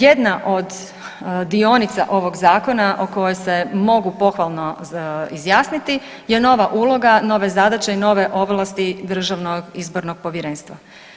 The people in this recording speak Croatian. Jedna od dionica ovog zakona o kojoj se mogu pohvalno izjasniti je nova uloga nove zadaće i nove ovlasti Državnog izbornog povjerenstva.